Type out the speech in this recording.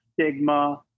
stigma